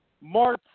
March